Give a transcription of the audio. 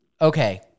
Okay